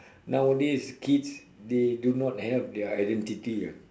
nowadays kids they do not have their identity